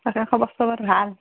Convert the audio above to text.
বাকী খবৰ চবৰ ভাল